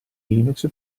linux